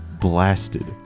blasted